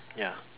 ya